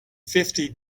fifty